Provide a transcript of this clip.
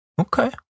Okay